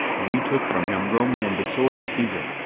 we took from him rome and the sword of caesar,